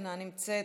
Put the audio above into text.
אינה נמצאת,